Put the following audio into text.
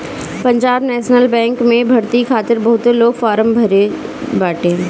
Punjab National Bank में भर्ती खातिर बहुते लोग फारम भरले बाटे